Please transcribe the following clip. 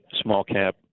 small-cap